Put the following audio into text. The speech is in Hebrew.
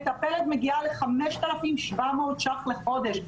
מטפלת מגיעה ל-5,700 שקלים לחודש.